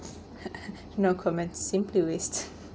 no comments simply waste